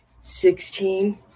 sixteen